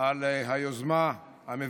כמי שניהל את עיריית אילת הרבה שנים ועמד